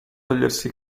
togliersi